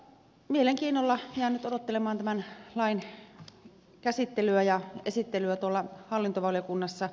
mielenkiinnolla jään nyt odottelemaan tämän lain käsittelyä ja esittelyä hallintovaliokunnassa